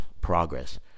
progress